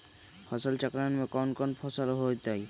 फसल चक्रण में कौन कौन फसल हो ताई?